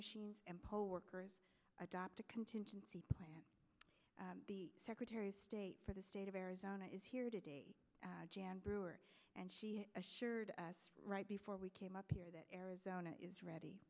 machines and poll workers adopt a contingency plan the secretary of state for the state of arizona is here today jan brewer and she assured us right before we came up here that arizona is ready